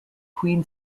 queen